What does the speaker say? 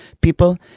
people